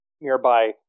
nearby